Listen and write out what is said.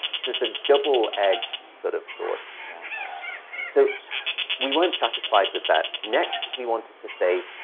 so it's a double-edged sort of sword. yeah so we weren't satisfied with that. next, we wanted to say,